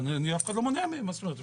אף אחד לא מונע מהן.